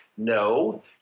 No